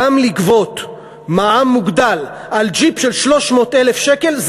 לגבות מע"מ מוגדל על ג'יפ של 300,000 שקל,